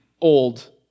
old